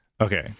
Okay